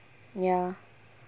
ya